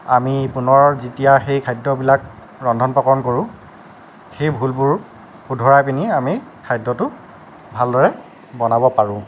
আমি পুনৰ যেতিয়া সেই খাদ্যবিলাক ৰন্ধন প্ৰকৰণ কৰোঁ সেই ভুলবোৰ শুধৰাইপেনি আমি খাদ্যটো ভালদৰে বনাব পাৰোঁ